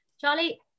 Charlie